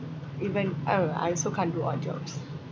even I don't know I also can't do odd jobs